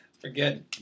forget